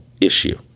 issue